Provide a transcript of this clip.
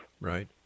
right